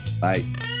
bye